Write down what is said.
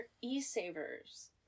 e-savers